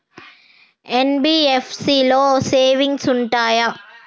NBFC లో savings ఉంటయా?